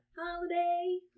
holiday